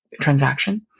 transaction